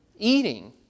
eating